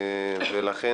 ולכן